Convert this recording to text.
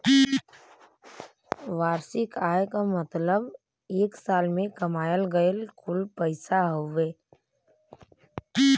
वार्षिक आय क मतलब एक साल में कमायल गयल कुल पैसा हउवे